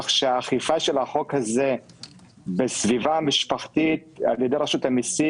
האכיפה של החוק הזה בסביבה משפחתית על ידי רשות המסים,